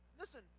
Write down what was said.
listen